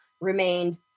remained